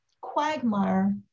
quagmire